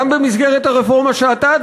גם במסגרת הרפורמה שאתה מקבל,